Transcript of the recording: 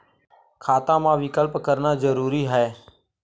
खाता मा विकल्प करना जरूरी है?